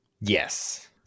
Yes